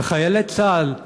וחיילי צה"ל,